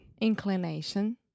Inclination